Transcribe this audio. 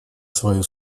свою